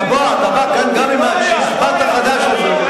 אתה בא כאן גם עם הצ'יזבט החדש הזה: